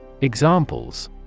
Examples